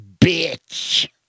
bitch